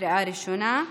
לקריאה ראשונה.